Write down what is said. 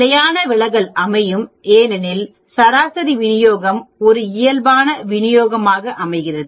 நிலையான விலகல் அமையும் ஏனெனில் சராசரி வினியோகம் ஒரு இயல்பான வினியோகமாக அமைகிறது